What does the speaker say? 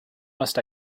must